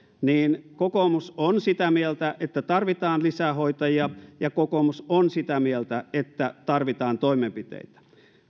niin kokoomus on sitä mieltä että tarvitaan lisää hoitajia ja kokoomus on sitä mieltä että tarvitaan toimenpiteitä